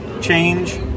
change